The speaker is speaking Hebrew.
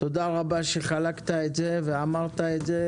תודה רבה שחלקת את זה ואמרת את זה,